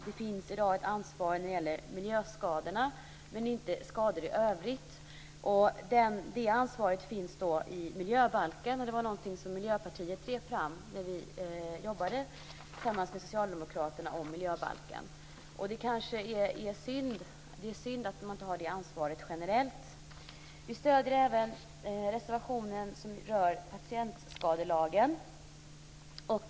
Det finns i dag ett ansvar när det gäller miljöskadorna men inte skador i övrigt. Det ansvaret finns i miljöbalken, och det var någonting som vi i Miljöpartiet drev fram när vi jobbade tillsammans med socialdemokraterna om miljöbalken. Det kanske är synd att man inte har det ansvaret generellt. Vi stöder även den reservation som rör patientskadelagen.